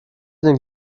den